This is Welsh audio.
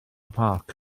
parc